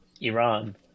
iran